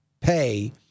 pay